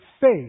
faith